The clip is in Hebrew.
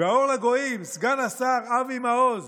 האור לגויים סגן השר אבי מעוז: